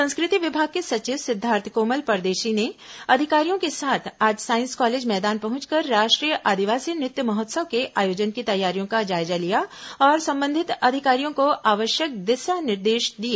संस्कृति विभाग के सचिव सिद्धार्थ कोमल परदेशी ने अधिकारियों के साथ आज सांईस कॉलेज मैदान पहुंचकर राष्ट्रीय आदिवासी नृत्य महोत्सव के आयोजन की तैयारियों का जायजा लिया और संबंधित अधिकारियों को आवश्यक दिशा निर्देश दिए